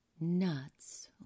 nuts